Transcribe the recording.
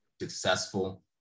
successful